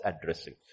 addressing